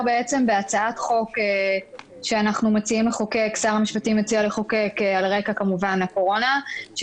בהצעת חוק מתן שירותים חיוניים מרחוק (נגיף הקורונה החדש,